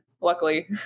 luckily